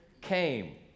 came